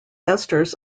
esters